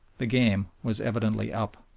the game was evidently up.